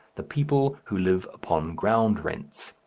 the people who live upon ground rents.